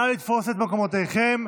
נא לתפוס את מקומותיכם.